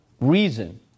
reason